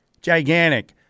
gigantic